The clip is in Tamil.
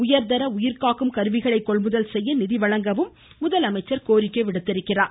உயர்தர உயிர்காக்கும் கருவிகளை கொள்முதல் செய்ய நிதி வழங்கவும் அவர் கோரிக்கை விடுத்தார்